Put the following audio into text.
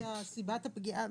לפי סיבת הפגיעה?